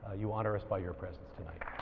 you honor us by your presence tonight.